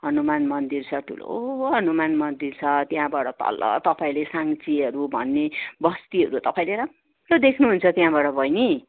हनुमान मन्दिर छ ठुलो हनुमान मन्दिर छ त्यहाँबाट तल तपाईँले साङ्सेहरू भन्ने तपाईँले बस्तीहरू तपाईँले राम्रो देख्नु हुन्छ त्यहाँबाट बहिनी